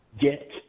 get